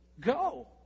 Go